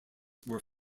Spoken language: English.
were